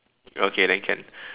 okay then can